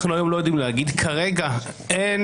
כרגע אין